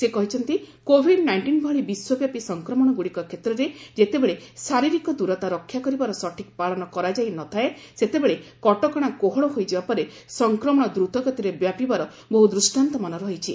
ସେ କହିଛନ୍ତି covid nineteen ଭଳି ବିଶ୍ୱବ୍ୟାପୀ ସଂକ୍ରମଣଗୁଡ଼ିକ କ୍ଷେତ୍ରରେ ଯେତେବେଳେ ଶାରୀରିକ ଦୂରତା ରକ୍ଷା କରିବାର ସଠିକ୍ ପାଳନ କରାଯାଇ ନ ଥାଏ ସେତେବେଳେ କଟକଣା କୋହଳ ହୋଇଯିବା ପରେ ସଂକ୍ରମଣ ଦୃତଗତିରେ ବ୍ୟାପିବାର ବହୁ ଦୂଷ୍କାନ୍ତମାନ ରହିଛି